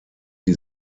die